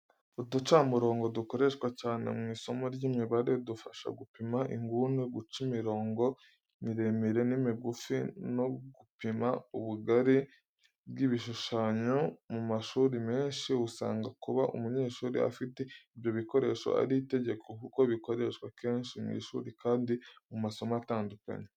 Uducamurongo dukoreshwa cyane mu isomo ry'imibare, dufasha gupima inguni, guca imirongo miremire n'imigufi, no gupima ubugari bw'ibishushanyo. Mu mashuri menshi usanga kuba umunyeshuri afite ibyo bikoresho ari itegeko kuko bikoreshwa kenshi mu ishuri kandi mu masomo atandukanye.